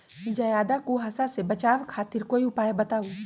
ज्यादा कुहासा से बचाव खातिर कोई उपाय बताऊ?